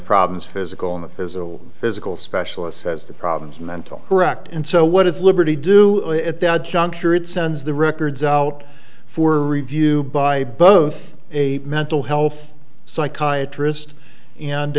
problems physical and the physical physical specialists has the problems mental correct and so what does liberty do it at that juncture it sends the records out for review by both a mental health psychiatry wrist and